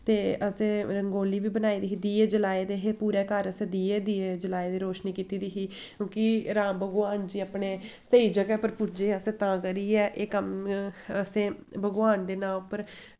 ते असें रंगोली बी बनाई दी ही दीये जलाए दे हे पूरे घर असें दीये गै दीये जलाए दे हे रोशनी कीती दी ही क्योंकि राम भगवान जी अपने स्हेई जगह पर पुज्जे असें तां करियै एह् कम्म असें भगवान दे नांऽ उप्पर